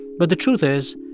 but the truth is,